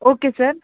okay sir